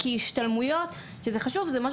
כי השתלמויות שהן דבר חשוב הן משהו